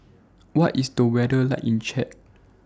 What IS The weather like in Chad